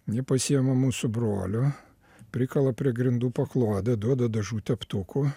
jie pasiima mus su broliu prikala prie grindų paklodę duoda dažų teptukų